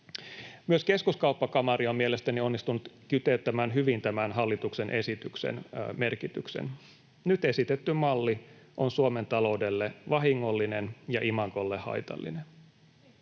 Myös Keskuskauppakamari on mielestäni onnistunut kiteyttämään hyvin tämän hallituksen esityksen merkityksen: ”Nyt esitetty malli on Suomen taloudelle vahingollinen ja imagolle haitallinen.”